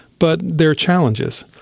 but there are challenges.